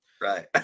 Right